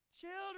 Children